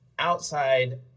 outside